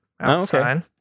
outside